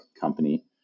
company